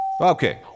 Okay